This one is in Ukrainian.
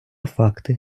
факти